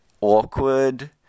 awkward